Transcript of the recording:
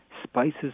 spices